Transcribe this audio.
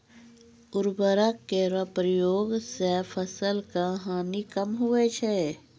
उर्वरक केरो प्रयोग सें फसल क हानि कम पहुँचै छै